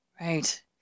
Right